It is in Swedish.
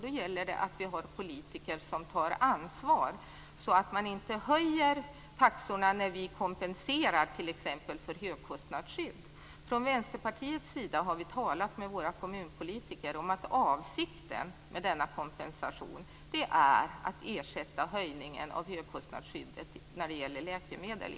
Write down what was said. Då gäller det att vi har politiker som tar ansvar så att man inte höjer taxorna när vi kompenserar för t.ex. Från Vänsterpartiets sida har vi talat med våra kommunpolitiker om att avsikten med denna kompensation är att ersätta för höjningen i högkostnadsskyddet för läkemedel.